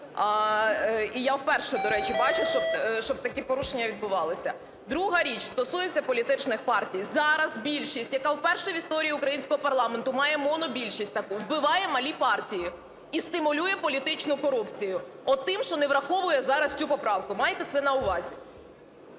І я вперше, до речі, бачу, щоб такі порушення відбувалися. Друга річ стосується політичних партій. Зараз більшість, яка вперше в історії українського парламенту, має монобільшість таку, вбиває малі партії і стимулює політичну корупцію отим, що не враховує зараз цю поправку. Майте це на увазі.